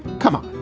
come on.